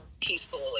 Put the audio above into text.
peacefully